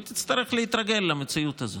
ותצטרך להתרגל למציאות הזאת.